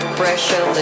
pressure